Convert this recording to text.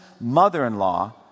mother-in-law